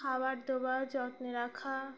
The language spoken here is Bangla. খাবার দেওয়া যত্নে রাখা